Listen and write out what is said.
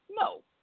No